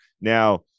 Now